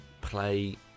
play